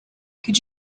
could